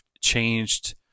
changed